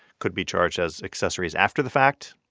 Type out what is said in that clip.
could be charged as accessories after the fact.